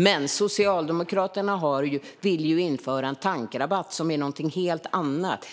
Men Socialdemokraterna vill införa en tankrabatt, som är något helt annat.